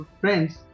friends